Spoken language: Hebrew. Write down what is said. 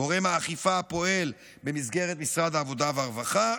גורם האכיפה הפועל במסגרת משרד העבודה והרווחה,